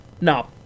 No